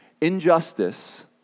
Injustice